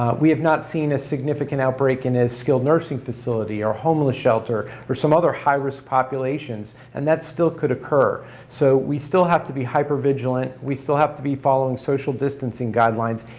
we have not seen a significant outbreak in a skilled nursing facility or homeless shelter or some other high-risk populations and that still could occur so we still have to be hyper vigilant, we still have to be following social distancing guidelines,